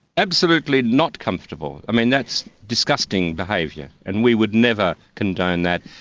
absolutely not comfortable. i mean that's disgusting behaviour and we would never condone that.